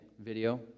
video